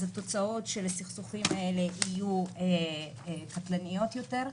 אז תוצאות הסכסוכים האלה יהיו קטלניות יותר.